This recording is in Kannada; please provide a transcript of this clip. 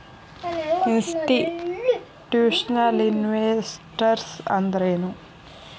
ಇನ್ಸ್ಟಿಟ್ಯೂಷ್ನಲಿನ್ವೆಸ್ಟರ್ಸ್ ಅಂದ್ರೇನು?